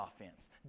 offense